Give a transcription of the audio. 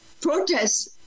protests